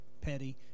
petty